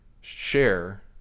share